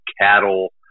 cattle